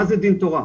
מה זה דין תורה?